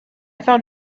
found